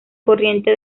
corriente